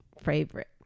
favorite